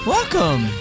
Welcome